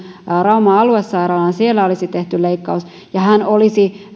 rauman aluesairaalaan ja siellä olisi tehty leikkaus ja hän olisi